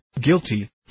guilty